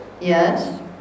Yes